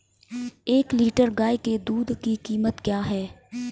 एक लीटर गाय के दूध की कीमत क्या है?